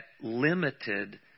limited